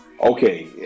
Okay